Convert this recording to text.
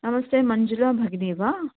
नमस्ते मञ्जुला भगिनी वा